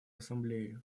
ассамблеи